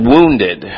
Wounded